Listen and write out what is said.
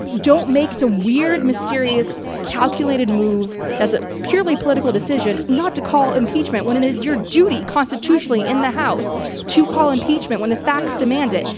don't make some weird, mysterious calculated move that's a purely political decision not to call impeachment when it is your duty constitutionally in the house to call impeachment when the facts demand it.